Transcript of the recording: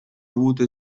avuto